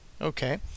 Okay